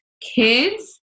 Kids